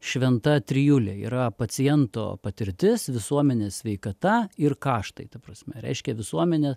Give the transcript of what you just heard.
šventa trijulė yra paciento patirtis visuomenės sveikata ir kaštai ta prasme reiškia visuomenė